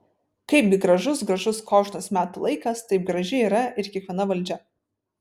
kaipgi gražus gražus kožnas metų laikas taip graži yra ir kiekviena valdžia